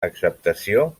acceptació